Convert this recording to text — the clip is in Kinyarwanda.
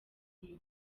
nto